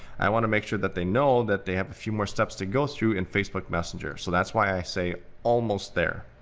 i wanna make sure that they know that they have a few more steps to go through in facebook messenger. so that's why i say, almost there!